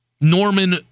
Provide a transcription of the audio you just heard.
Norman